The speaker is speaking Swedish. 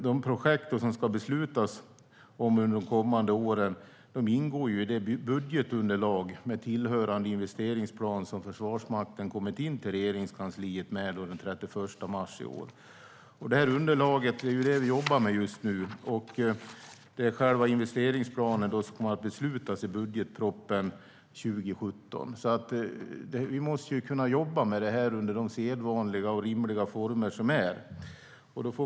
De projekt som det ska beslutas om under de kommande åren ingår i det budgetunderlag med tillhörande investeringsplan som Försvarsmakten kom in till Regeringskansliet med den 31 mars i år. Det är detta underlag vi jobbar med just nu, och det är själva investeringsplanen som det kommer att beslutas om i samband med budgetpropositionen 2017. Vi måste kunna jobba med det här under de sedvanliga och rimliga former som finns.